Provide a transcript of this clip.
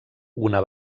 una